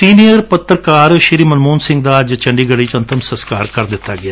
senior ਪੱਤਰਕਾਰ ਮਨਮੋਹਨ ਸਿੰਘ ਦਾ ਅੱਜ ਚੰਡੀਗੜ੍ਜ ਵਿਚ ਅੰਤਮ ਸਸਕਾਰ ਕਰ ਦਿੱਤਾ ਗਿਆ